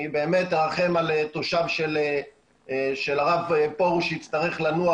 אני באמת ארחם על תושב של הרב פורוש שיצטרך לנוע